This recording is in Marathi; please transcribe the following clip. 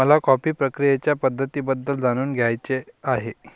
मला कॉफी प्रक्रियेच्या पद्धतींबद्दल जाणून घ्यायचे आहे